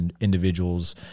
individuals